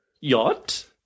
yacht